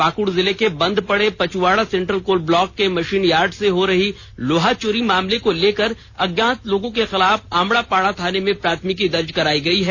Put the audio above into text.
पाकुड़ जिले के बंद पड़े पचुवाडा सेंट्रल कोल ब्लॉक के मशीन यार्ड से हो रही लोहा चोरी मामले को लेकर अज्ञात लोगों के खिलाफ अमड़ापाड़ा थाने में प्राथमिकी दर्ज करायी गयी है